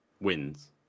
wins